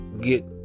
get